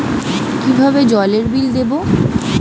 কিভাবে জলের বিল দেবো?